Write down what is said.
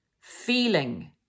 feeling